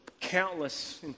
countless